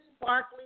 sparkly